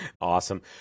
Awesome